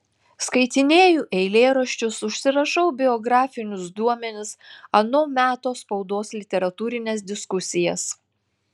skaitinėju eilėraščius užsirašau biografinius duomenis ano meto spaudos literatūrines diskusijas